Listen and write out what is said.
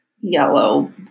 yellow